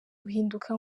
uhinduka